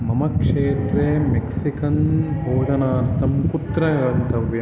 मम क्षेत्रे मेक्सिकन् भोजनार्थं कुत्र गन्तव्यम्